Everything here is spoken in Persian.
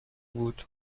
بود